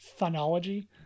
phonology